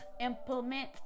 implement